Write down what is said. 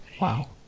Wow